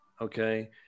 Okay